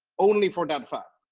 only for that fact.